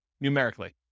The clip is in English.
numerically